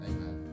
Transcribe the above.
Amen